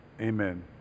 amen